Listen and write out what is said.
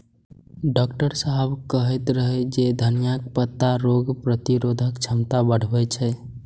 doctor साहेब कहैत रहै जे धनियाक पत्ता रोग प्रतिरोधक क्षमता बढ़बै छै